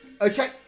Okay